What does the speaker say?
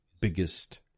biggest